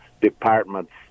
departments